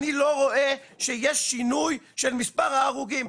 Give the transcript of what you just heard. אני לא רואה שיש שינוי של מספר ההרוגים,